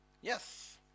yes